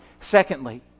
Secondly